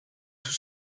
sous